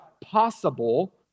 possible